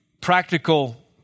practical